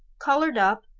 colored up,